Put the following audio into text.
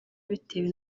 bitewe